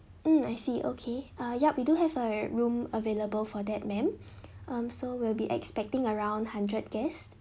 mm I see okay uh yup we do have a room available for that ma'am um so we'll be expecting around hundred guest